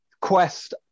Quest